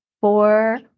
four